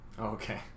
Okay